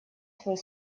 свой